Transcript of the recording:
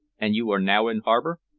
and you are now in harbor?